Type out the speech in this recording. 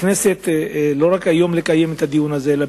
הכנסת צריכה לקיים את הדיון הזה לא רק היום,